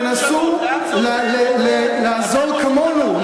תנסו לעזור כמונו,